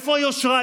איפה היושרה?